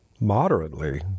moderately